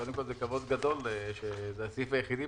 קודם כל זה כבוד גדול שזה הסעיף היחידי